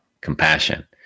compassion